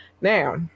Now